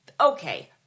Okay